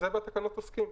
זה בתקנות עוסקים.